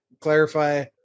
Clarify